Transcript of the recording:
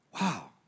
wow